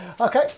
okay